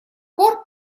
пор